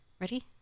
Ready